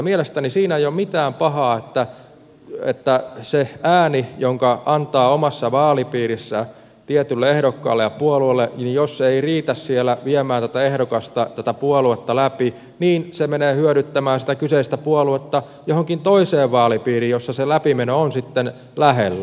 mielestäni siinä ei ole mitään pahaa että jos se ääni jonka antaa omassa vaalipiirissään tietylle ehdokkaalle ja puolueelle ei riitä siellä viemään tätä ehdokasta tätä puoluetta läpi niin se menee hyödyttämään sitä kyseistä puoluetta johonkin toiseen vaalipiiriin jossa se läpimeno on sitten lähellä